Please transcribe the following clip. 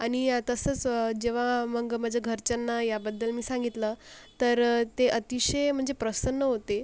आणि तसंच जेव्हा मग माझ्या घरच्यांना याबद्दल मी सांगितलं तर ते अतिशय म्हणजे प्रसन्न होते